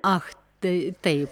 ach tai tai